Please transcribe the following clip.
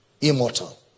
immortal